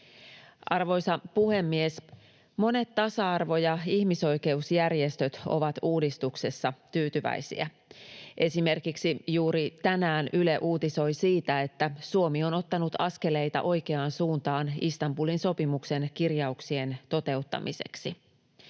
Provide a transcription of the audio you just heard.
Arvoisa puhemies! Monet tasa-arvo- ja ihmisoikeusjärjestöt ovat uudistuksesta tyytyväisiä. Esimerkiksi juuri tänään Yle uutisoi siitä, että Suomi on ottanut askeleita oikeaan suuntaan Istanbulin sopimuksen kirjauksien toteuttamiseksi.